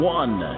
one